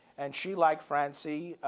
and she, like francie,